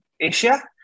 Asia